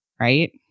right